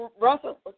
Russell